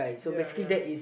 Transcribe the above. ya ya